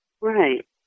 Right